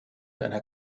einer